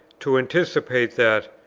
to anticipate that,